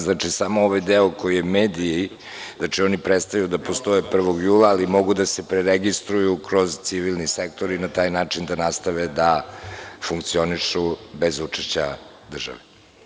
Znači, samo ovaj deo koji je mediji, znači oni prestaju da postoje 1. jula, ali mogu da se preregistruju kroz civilni sektor i na taj način da nastave da funkcionišu bez učešća države.